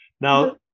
Now